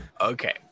Okay